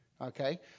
Okay